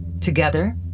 together